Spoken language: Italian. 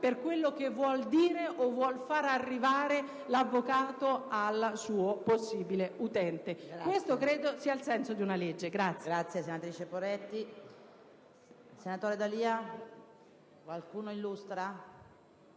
per quello che vuol dire o far arrivare l'avvocato al suo possibile utente. Credo che questo sia il senso di una legge.